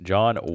John